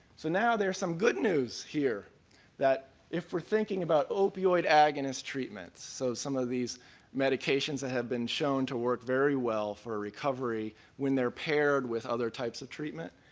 so now there's some good news here that if we're thinking about opioid agonist treatments, so some of these medications that have been shown to work very well for recovery when they're paired with other types of treatment,